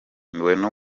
babangamiwe